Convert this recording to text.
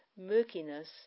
murkiness